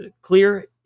clear